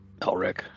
Elric